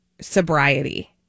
sobriety